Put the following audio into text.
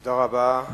תודה רבה.